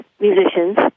musicians